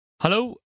Hello